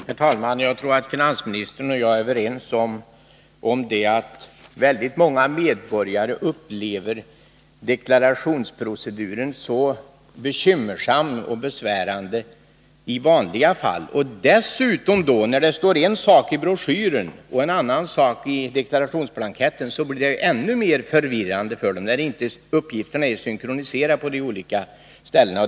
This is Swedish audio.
Herr talman! Jag tror att finansministern och jag är överens om att väldigt många medborgare i vanliga fall upplever deklarationsproceduren som bekymmersam och besvärlig. När det då dessutom står en sak i broschyren och en annan i deklarationsblanketten och uppgifterna inte är synkroniserade på de olika ställena, blir det ännu mer förvirrande.